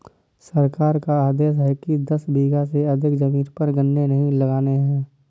सरकार का आदेश है कि दस बीघा से अधिक जमीन पर गन्ने नही लगाने हैं